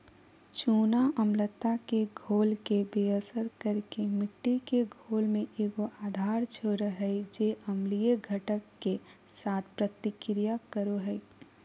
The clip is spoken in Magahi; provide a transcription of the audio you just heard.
चूना अम्लता के घोल के बेअसर कर के मिट्टी के घोल में एगो आधार छोड़ हइ जे अम्लीय घटक, के साथ प्रतिक्रिया करो हइ